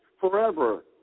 forever